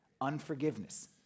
unforgiveness